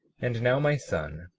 and now, my son,